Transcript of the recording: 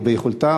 או ביכולת,